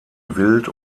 wild